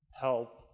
help